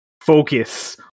focus